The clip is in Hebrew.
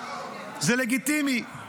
זה לגיטימי.